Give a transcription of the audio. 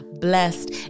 blessed